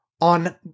on